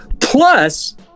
Plus